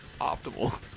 optimal